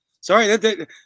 Sorry